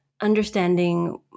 Understanding